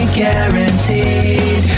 guaranteed